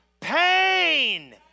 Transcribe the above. Pain